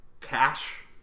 cash